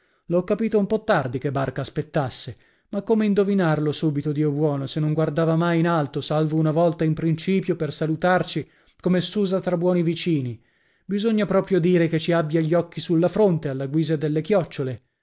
l'ho capito un po tardi che barca aspettasse ma come indovinarlo subito dio buono se non guardava mai in alto salvo una volta in principio per salutarci come s'usa tra buoni vicini bisogna proprio dire che ci abbia gli occhi sulla fronte alla guisa delle chiocciole